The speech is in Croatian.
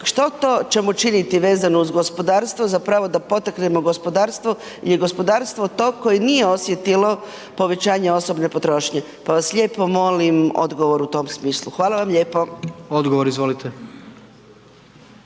što to ćemo činiti vezano uz gospodarstvo zapravo da potaknemo gospodarstvo jer gospodarstvo je to koje nije osjetilo povećanje osobne potrošnje, pa vas lijepo molim odgovor u tom smislu. Hvala vam lijepo. **Jandroković,